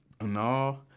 No